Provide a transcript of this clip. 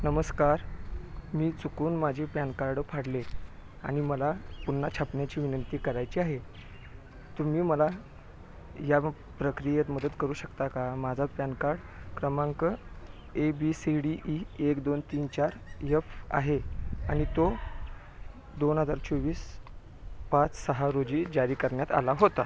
नमस्कार मी चुकून माझी पॅन कार्ड फाडले आणि मला पुन्हा छापण्याची विनंती करायची आहे तुम्ही मला या ब ब ब प्रक्रियेत मदत करू शकता का माझा पॅन कार्ड क्रमांक A B C D E एक दोन तीन चार यफ आहे आणि तो दोन हजार चोवीस पाच सहा रोजी जारी करण्यात आला होता